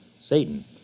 Satan